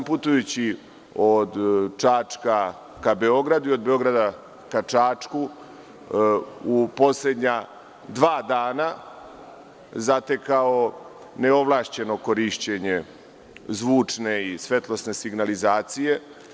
Putujući od Čačka ka Beogradu i od Beograda ka Čačku, u poslednja dva dana, zatekao sam neovlašćeno korišćenje zvučne i svetlosne signalizacije.